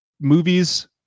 movies